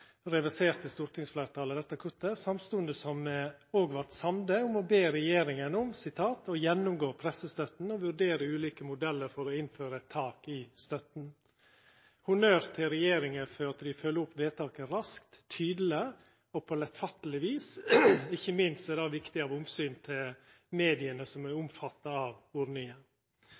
reverserte stortingsfleirtalet dette kuttet samstundes som ein òg vart samd om å be regjeringa «gjennomgå pressestøtten og vurdere ulike modeller for å innføre et tak i støtten.» Eg gjev honnør til regjeringa for at dei følgjer opp vedtaket raskt, tydeleg og på lettfatteleg vis. Ikkje minst er det viktig av omsyn til dei media som er omfatta av ordninga.